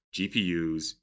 gpus